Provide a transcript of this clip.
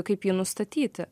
kaip jį nustatyti